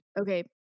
Okay